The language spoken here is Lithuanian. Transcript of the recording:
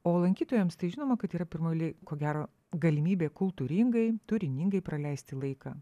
o lankytojams tai žinoma kad yra pirmoj eilėj ko gero galimybė kultūringai turiningai praleisti laiką